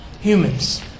Humans